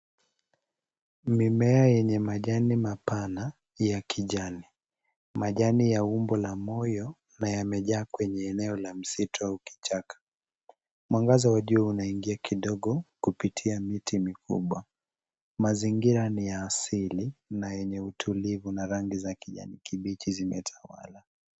Mimea enye majani mapana ya kijani. Majani ya umbo la moyo na yamejaa kwenye eneo la msitu au kichaka. Mwangaza wa juu unaingia kidogo kupitia miti mikubwa. Mazingira ni ya asili na enye utulivu na rangi za kijani kibichi zimetawala.